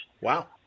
Wow